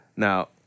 Now